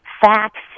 facts